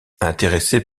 intéressée